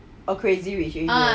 oh crazy rich asian